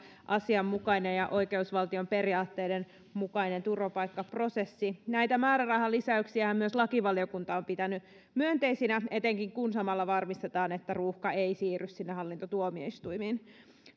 asianmukainen ja oikeusvaltion periaatteiden mukainen turvapaikkaprosessi näitä määrärahalisäyksiä myös lakivaliokunta on pitänyt myönteisinä etenkin kun samalla varmistetaan että ruuhka ei siirry sinne hallintotuomioistuimiin